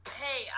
hey